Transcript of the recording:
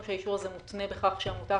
שהאישור הזה מותנה בכך שהעמותה